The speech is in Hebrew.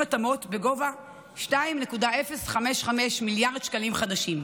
התאמות בגובה 2.055 מיליארד שקלים חדשים.